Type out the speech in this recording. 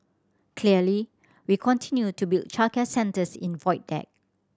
clearly we continue to build childcare centres in Void Deck